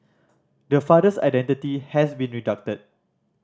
the father's identity has been redacted